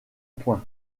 point